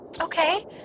Okay